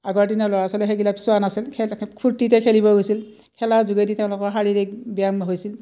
আগৰ দিনৰ ল'ৰা ছোৱালী সেইবিলাক চোৱা নাছিল খ ফূৰ্তিতে খেলিব গৈছিল খেলাৰ যোগেদি তেওঁলোকৰ শাৰীৰিক ব্যায়াম হৈছিল